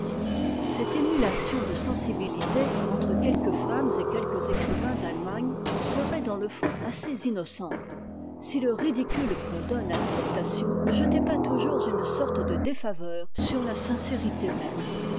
cette émulation de sensibilité entre quelques femmes et quelques écrivains d'allemagne serait dans le fond assez innocente si le ridicule qu'on donne à l'affectation ne jetait pas toujours une sorte de défaveur sur la sincérité même